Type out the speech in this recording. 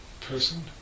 person